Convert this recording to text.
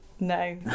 No